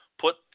put